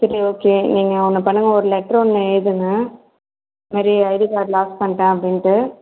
சரி ஓகே நீங்கள் ஒன்று பண்ணுங்கள் ஒரு லெட்ரு ஒன்று எழுதுங்க இதமாதிரி ஐடிகார்டு லாஸ் பண்ணிட்டேன் அப்படின்ட்டு